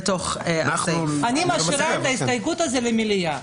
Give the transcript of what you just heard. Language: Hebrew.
אני משאירה את ההסתייגות הזאת למליאה.